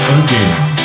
again